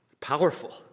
Powerful